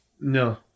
No